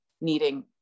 needing